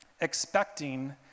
expecting